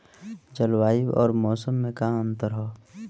जलवायु अउर मौसम में का अंतर ह?